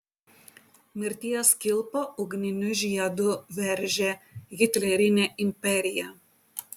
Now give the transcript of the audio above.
mirties kilpa ugniniu žiedu veržė hitlerinę imperiją